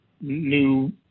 new